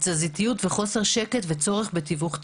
תזזיתיות וחוסר שקט וצורך בתיווך תמידי.